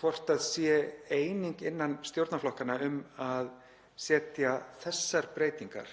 hvort það sé eining innan stjórnarflokkanna um að setja þessar breytingar,